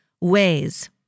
ways